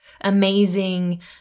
amazing